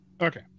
Okay